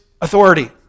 authority